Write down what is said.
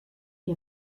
die